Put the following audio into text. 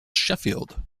sheffield